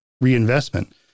reinvestment